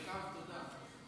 מירב, תודה.